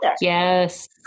Yes